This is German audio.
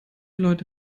leute